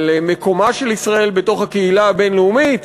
על מקומה של ישראל בקהילה הבין-לאומית.